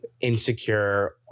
insecure